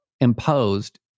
imposed